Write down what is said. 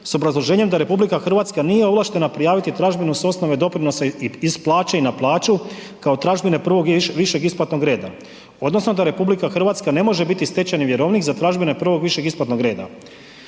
s obrazloženjem da RH nije ovlaštena prijaviti tražbinu s osnove doprinosa iz plaće i na plaću kao tražbine prvog višeg isplatnog reda odnosno da RH ne može biti stečajni vjerovnik za tražbine prvog višeg isplatnog reda.